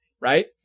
right